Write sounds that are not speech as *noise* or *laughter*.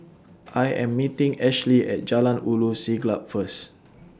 *noise* I Am meeting Ashley At Jalan Ulu Siglap First *noise*